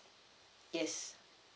yes